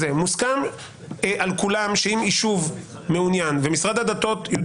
מוסכם על כולם שאם יישוב מעוניין ומשרד הדתות יודע